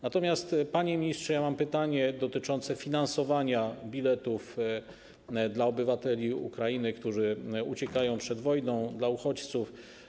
Natomiast, panie ministrze, mam pytanie dotyczące finansowania biletów dla obywateli Ukrainy, którzy uciekają przed wojną, dla uchodźców.